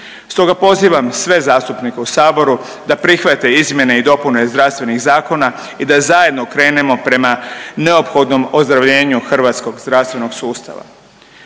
Stoga pozivam sve zastupnike u saboru da prihvate izmjene i dopune zdravstvenih zakona i da zajedno krenemo prema neophodnom ozdravljenju hrvatskog zdravstvenog sustava.